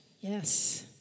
yes